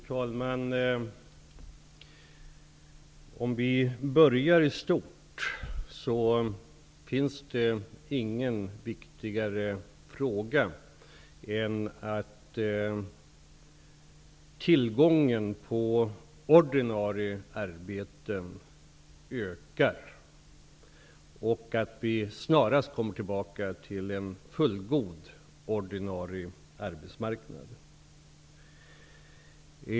Fru talman! Stort sett finns det ingen viktigare fråga än att tillgången på ordinarie arbeten ökar och att vi snarast kommer tillbaka till en fullgod ordinarie arbetsmarknad.